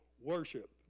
worship